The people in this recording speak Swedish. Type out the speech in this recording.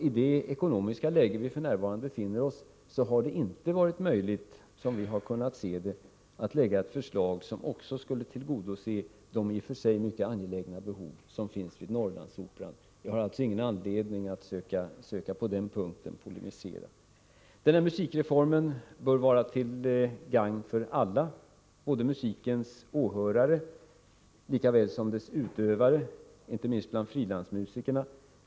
I det ekonomiska läge som vi f. n. befinner oss i har det inte varit möjligt, så som vi har sett det, att lägga fram ett förslag som också tillgodoser de i och för sig mycket angelägna behov som finns vid Norrlandsoperan. Vi har alltså ingen anledning att polemisera på den punkten. 89 Denna musikreform bör vara till gagn för alla, såväl för musikens åhörare som för dess utövare, inte minst bland frilansmusikerna.